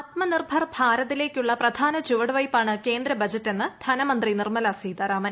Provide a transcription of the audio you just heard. ആത്മനിർഭർ ഭാരതിലേക്കുളള പ്രധാന ചുവട് വയ്പ്പാണ് കേന്ദ്ര ബജറ്റെന്ന് ധനമന്ത്രി നിർമ്മല സീതാരാമൻ